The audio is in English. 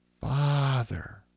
Father